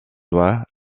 doit